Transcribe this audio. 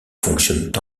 fonctionnent